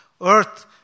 earth